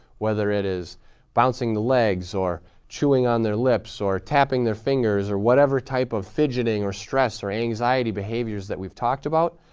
whether it is bouncing the legs or chewing on their lips or tapping their fingers or whatever type of fidgeting or stress or anxiety behaviors that we've talked about.